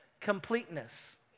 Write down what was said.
completeness